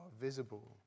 visible